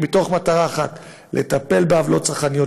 במטרה אחת: לטפל בעוולות צרכניות,